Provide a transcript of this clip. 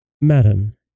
Madam